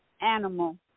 animal